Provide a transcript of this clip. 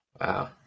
Wow